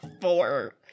four